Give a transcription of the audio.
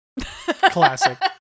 Classic